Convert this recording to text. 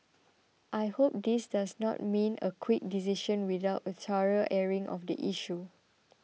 I hope this does not mean a quick decision without a thorough airing of the issue